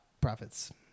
profits